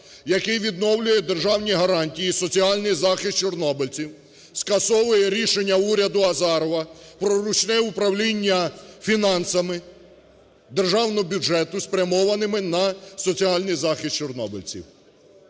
який відновлює державні гарантії, соціальний захист чорнобильців, скасовує рішення уряду Азарова про ручне управління фінансами державного бюджету, спрямованими на соціальний захист чорнобильців.